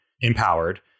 empowered